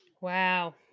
wow